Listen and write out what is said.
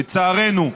לצערנו,